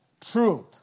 truth